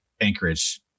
Anchorage